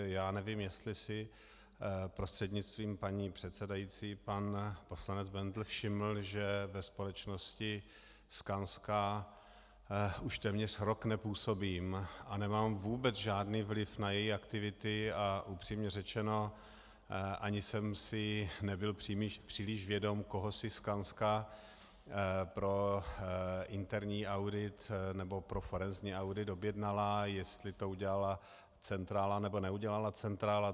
Já nevím, jestli si prostřednictvím paní předsedající pan poslanec Bendl všiml, že ve společnosti Skanska už téměř rok nepůsobím a nemám vůbec žádný vliv na její aktivity, a upřímně řečeno, ani jsem si nebyl příliš vědom, koho si Skanska pro interní audit, nebo pro forenzní audit objednala, jestli to udělala centrála, nebo neudělala centrála.